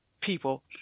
people